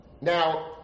Now